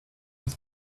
his